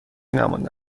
نمانده